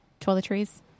toiletries